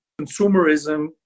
consumerism